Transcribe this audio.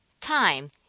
Time